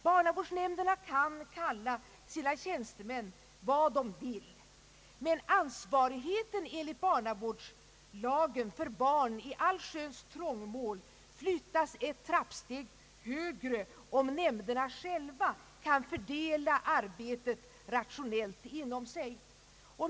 Barnavårdsnämnderna kan kalla sina tjänstemän vad de vill, men ansvarigheten enligt barnavårdslagen för barn i allsköns trångmål flyttas ett trappsteg högre om nämnderna själva kan fördela arbetet rationellt inom sig.